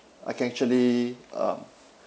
I can actually uh